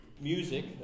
Music